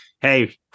hey